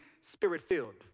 spirit-filled